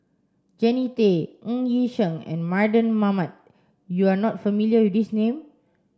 Jannie Tay Ng Yi Sheng and Mardan Mamat you are not familiar with these name